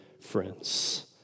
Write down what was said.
friends